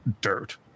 dirt